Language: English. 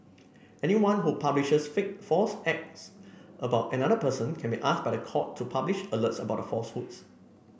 anyone who publishes fake false acts about another person can be asked by the court to publish alerts about the falsehoods